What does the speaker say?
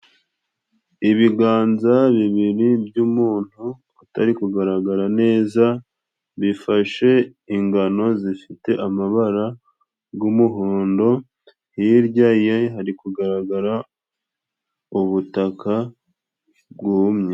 Ibiganza bibiri by'umuntu utari kugaragara neza, bifashe ingano zifite amabara g'umuhondo, hirya ye hari kugaragara ubutaka bwumye.